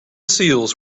seals